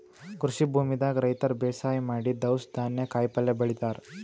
ಕೃಷಿ ಭೂಮಿದಾಗ್ ರೈತರ್ ಬೇಸಾಯ್ ಮಾಡಿ ದವ್ಸ್ ಧಾನ್ಯ ಕಾಯಿಪಲ್ಯ ಬೆಳಿತಾರ್